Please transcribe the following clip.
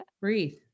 breathe